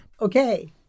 Okay